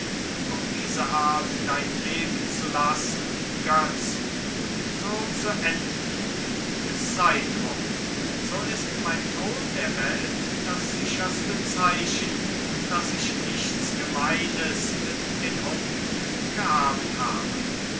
auf diese art dein leben zu lassen götz und so zu enden es sei drum so ist mein tod der welt das sicherste zeichen daß ich nichts gemeines mit den hunden gehabt habe